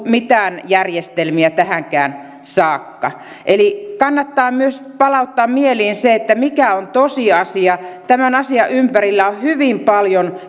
mitään järjestelmiä tähänkään saakka eli kannattaa myös palauttaa mieleen se mikä on tosiasia tämän asian ympärillä on hyvin paljon